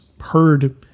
heard